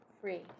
free